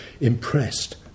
impressed